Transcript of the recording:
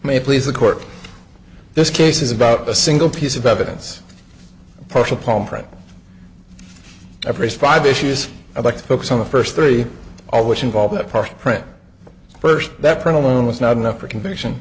may please the court this case is about a single piece of evidence partial palm print every five issues i'd like to focus on the first three all which involve the park print first that print alone was not enough for a conviction